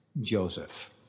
Joseph